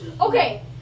Okay